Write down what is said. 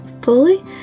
fully